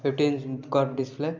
fifty inch cut display